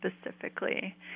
specifically